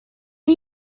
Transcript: are